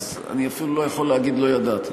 אז אני אפילו לא יכול להגיד "לא ידעתי".